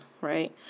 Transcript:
right